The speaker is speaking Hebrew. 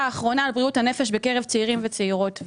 האחרונה על בריאות הנפש בקרב צעירים וצעירות.